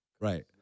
Right